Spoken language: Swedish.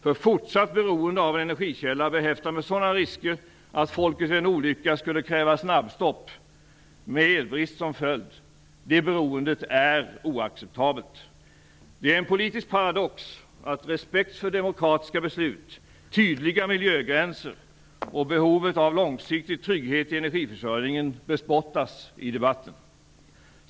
Ett fortsatt beroende av en energikälla behäftad med sådana risker att folket vid en olycka skulle kräva snabbstopp med elbrist som följd är oacceptabelt. Det är en politisk paradox att respekt för demokratiska beslut, tydliga miljögränser och behovet av långsiktigt trygghet i energiförsörjningen bespottas i debatten.